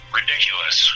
ridiculous